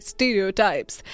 Stereotypes